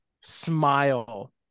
smile